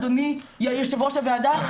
אדוני יושב ראש הוועדה,